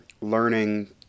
learning